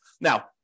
Now